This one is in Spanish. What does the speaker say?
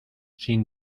sin